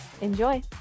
Enjoy